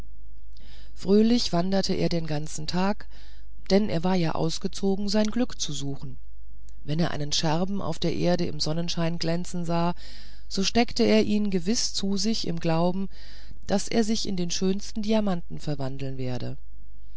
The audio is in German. fröhlich wanderte er den ganzen tag denn er war ja ausgezogen um sein glück zu suchen wenn er einen scherben auf der erde im sonnenschein glänzen sah so steckte er ihn gewiß zu sich im glauben daß er sich in den schönsten diamant verwandeln werde